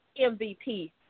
MVP